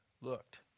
looked